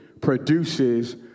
produces